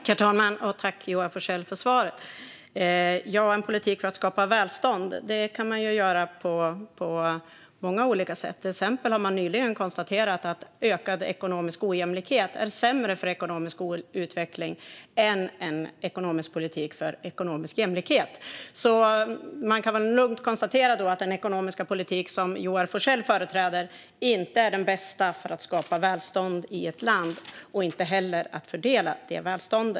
Herr talman! Tack, Joar Forssell, för svaret! En politik för att skapa välstånd kan utformas på många olika sätt. Till exempel har man nyligen konstaterat att ökad ekonomisk ojämlikhet är sämre för ekonomisk utveckling än en ekonomisk politik för ekonomisk jämlikhet, så jag kan väl lugnt konstatera att den ekonomiska politik som Joar Forssell företräder inte är den bästa för att skapa välstånd i ett land och inte heller för att fördela detta välstånd.